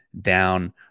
down